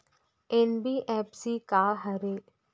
NBFC का हरे?